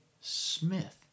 Smith